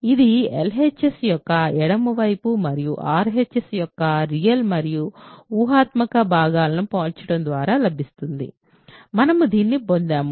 ఇది LHS యొక్క ఎడమ వైపు మరియు RHS యొక్క రియల్ మరియు ఊహాత్మక భాగాలను పోల్చడం ద్వారా లభిస్తుంది మనము దీన్ని పొందాము